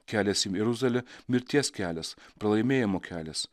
kelias į jeruzalę mirties kelias pralaimėjimo kelias